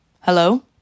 hello